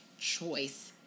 choice